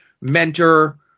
mentor